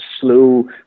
slow